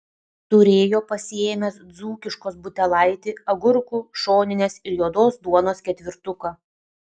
turėjo pasiėmęs dzūkiškos butelaitį agurkų šoninės ir juodos duonos ketvirtuką